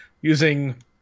using